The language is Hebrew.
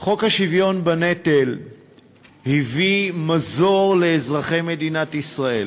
חוק השוויון בנטל הביא מזור לאזרחי מדינת ישראל.